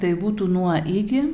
tai būtų nuo iki